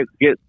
Get